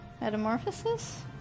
Metamorphosis